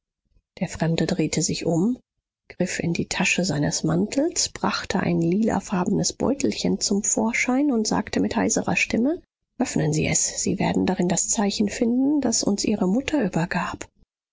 der fremde drehte sich um griff in die tasche seines mantels brachte ein lilafarbenes beutelchen zum vorschein und sagte mit heiserer stimme öffnen sie es sie werden darin das zeichen finden das uns ihre mutter übergab